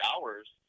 hours